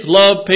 love